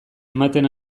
ematen